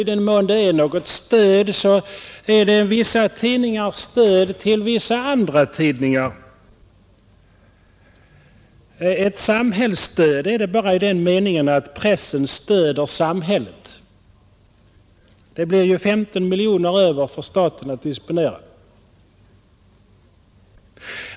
I den mån det är något stöd alls, är det vissa tidningars stöd till vissa andra tidningar. Ett samhällsstöd är det bara i den meningen att pressen stöder samhället; det blir ju 15 miljoner kronor över för staten att disponera.